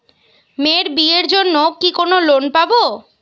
মেয়ের বিয়ের জন্য কি কোন লোন পাব?